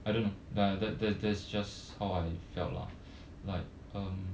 I don't know that that that's just how I felt lah like um